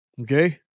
Okay